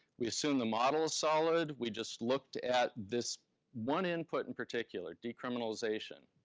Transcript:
we assume the model is solid. we just looked at this one input in particular, decriminalization.